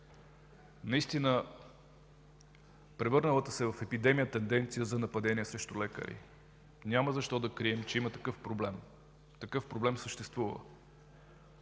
наистина превърналата се в епидемия тенденция за нападение срещу лекари. Няма защо да крием, че има такъв проблем. Такъв проблем съществува.